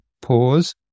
pause